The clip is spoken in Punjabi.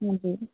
ਹਾਂਜੀ